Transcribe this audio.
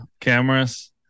cameras